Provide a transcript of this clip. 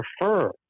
prefer